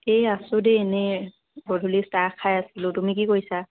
এই আছো দেই এনে গধূলি চাহ খাই আছিলো তুমি কি কৰিছা